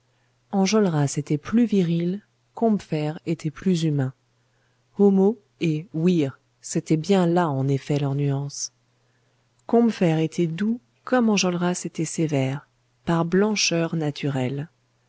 enjolras était plus viril combeferre était plus humain homo et vir c'était bien là en effet leur nuance combeferre était doux comme enjolras était sévère par blancheur naturelle